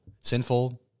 sinful